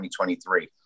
2023